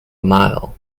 mile